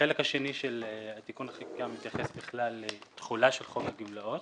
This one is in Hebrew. החלק השני של תיקון החקיקה מתייחס בכלל לתחולה של חוק הגמלאות,